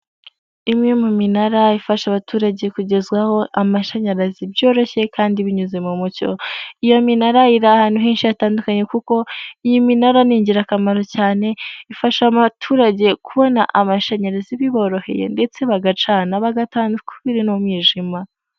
Imwe mu minara ifasha abaturage kugezwaho amashanyarazi byoroshye kandi binyuze mu mucyo, iyo minara iri ahantu hinshi hatandukanye kuko iyi minara ni ingirakamaro cyane, ifasha abaturage kubona amashanyarazi biboroheye ndetse bagacana bagatana ukubiri n'umwijima.